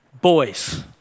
boys